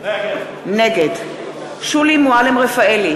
נגד שולי מועלם-רפאלי,